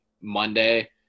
Monday